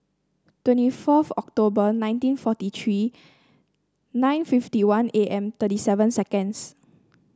twenty fourth October nineteen forty three nine fifty one A M thirty seven seconds